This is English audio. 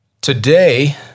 Today